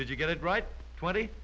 did you get it right twenty